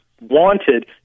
wanted